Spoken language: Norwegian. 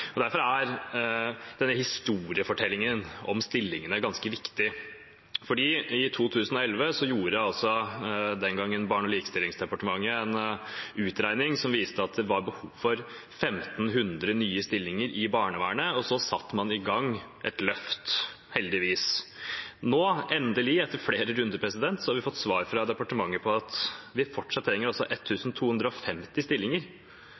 saker. Derfor er historiefortellingen om stillingene ganske viktig. I 2011 gjorde den gangen Barne- og likestillingsdepartementet en utredning som viste at det var behov for 1 500 nye stillinger i barnevernet, og man satte i gang et løft – heldigvis. Nå, endelig, etter flere runder, har vi fått svar fra departementet om at en fortsatt trenger 1 250 stillinger.